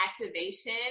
activation